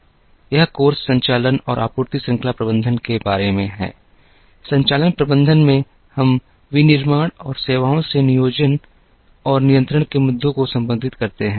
यह कोर्स संचालन और आपूर्ति श्रृंखला प्रबंधन के बारे में है संचालन प्रबंधन में हम विनिर्माण और सेवाओं में नियोजन और नियंत्रण के मुद्दों को संबोधित करते हैं